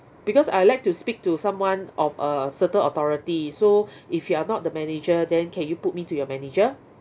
because I like to speak to someone of a certain authority so if you are not the manager then can you put me to your manager